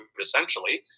essentially